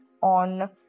on